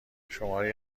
شماری